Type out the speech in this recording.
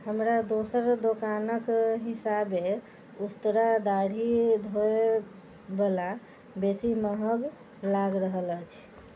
हमरा दोसर दोकानक हिसाबे उस्तरा दाढ़ी धोएवला बेसी महग लागि रहल अछि